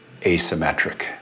asymmetric